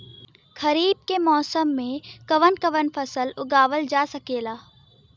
खरीफ के मौसम मे कवन कवन फसल उगावल जा सकेला?